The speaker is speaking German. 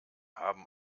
haben